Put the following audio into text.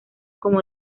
como